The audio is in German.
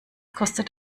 kostet